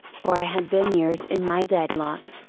for i had been years in my deadlock.